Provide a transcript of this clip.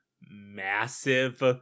massive